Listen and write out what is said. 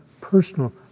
personal